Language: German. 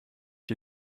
die